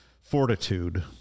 fortitude